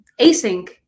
async